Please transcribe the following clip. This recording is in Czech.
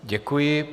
Děkuji.